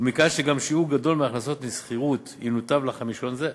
ומכאן שגם שיעור גדול של ההכנסות משכירות ינותב לחמישון זה.